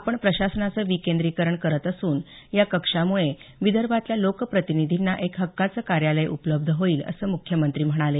आपण प्रशासनाचं विकेंद्रीकरण करत असून या कक्षामुळे विदर्भातल्या लोकप्रतिनिधींना एक हक्काचं कार्यालय उपलब्ध होईल असं मुख्यमंत्री म्हणाले